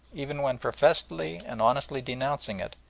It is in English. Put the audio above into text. even when professedly and honestly denouncing it,